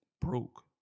broke